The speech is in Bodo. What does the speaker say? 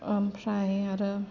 ओमफ्राय आरो